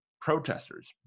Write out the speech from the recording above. protesters